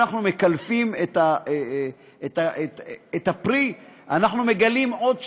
מקלפים את הפרי, אנחנו מגלים עוד שכבות.